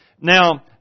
Now